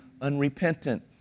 unrepentant